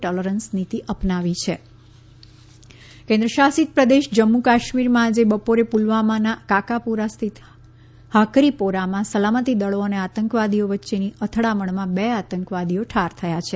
જમ્મુકાશ્મીર આંતકવાદી ઠાર કેન્મશાસિત પ્રદેશ જમ્મુ કાશ્મિરમાં આજે બપોરે પુલવામાના કાકાપોરા સ્થિત હાકરીપોરામાં સલામતીદળો અને આતંકવાદીઓ વચ્ચે થયેલી અથડામણમાં બે આતંકવાદીઓ ઠાર થયા છે